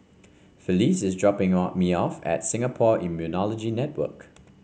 Felice is dropping or me off at Singapore Immunology Network